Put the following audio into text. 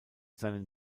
seinen